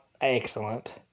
excellent